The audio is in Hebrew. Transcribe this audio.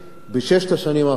בשש השנים האחרונות,